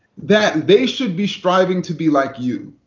that they should be striving to be like you.